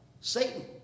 Satan